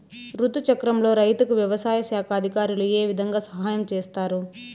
రుతు చక్రంలో రైతుకు వ్యవసాయ శాఖ అధికారులు ఏ విధంగా సహాయం చేస్తారు?